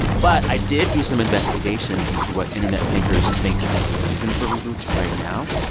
but i did do some investigation into what internet thinkers think is the reason for reboots right now.